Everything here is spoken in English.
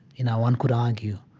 you know, one could argue,